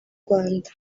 rwanda